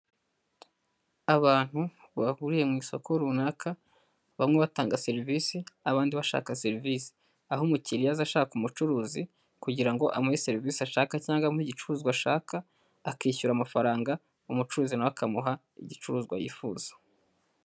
Abantu bahuriye mu isoko runaka bamwe batanga serivisi, abandi bashaka serivisi. Aho umukiriya aza ashaka umucuruzi kugira ngo amuhe serivisi ashaka cyangwa amuhe igicuruzwa ashaka akishyura amafaranga, umucuruzi nawe we akamuha igicuruzwa yifuza.